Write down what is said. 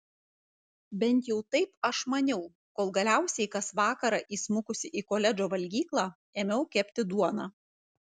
bent jau taip aš maniau kol galiausiai kas vakarą įsmukusi į koledžo valgyklą ėmiau kepti duoną